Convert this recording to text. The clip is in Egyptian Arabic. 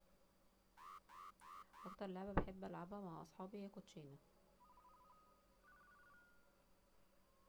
اكتر لعبة بحب العبها مع اصحابي هي كوتشينه